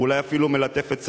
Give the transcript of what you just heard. אולי אפילו מלטף את שערו.